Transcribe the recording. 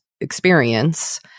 experience